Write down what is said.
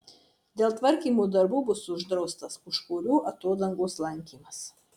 dėl tvarkymo darbų bus uždraustas pūčkorių atodangos lankymas